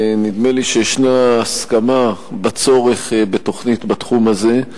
נדמה לי שישנה הסכמה על הצורך בתוכנית בתחום הזה,